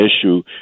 issue